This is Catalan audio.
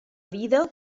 vida